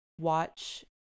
watch